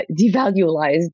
devalued